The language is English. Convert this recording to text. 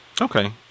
Okay